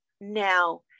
now